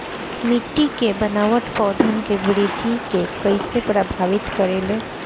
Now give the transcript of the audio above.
मिट्टी के बनावट पौधन के वृद्धि के कइसे प्रभावित करे ले?